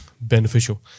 beneficial